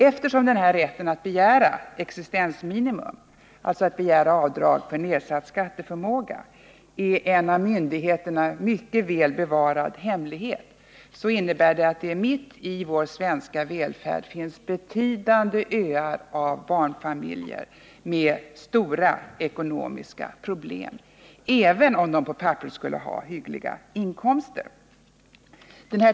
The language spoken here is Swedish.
Eftersom rätten att begära existensminimum, dvs. att begära extra avdrag för nedsatt skatteförmåga, är en av myndigheterna mycket väl bevarad hemlighet finns det mitt i vår svenska välfärd betydande öar av barnfamiljer med stora ekonomiska problem, även om dessa familjer på papperet skulle ha hyggliga inkomster.